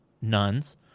nuns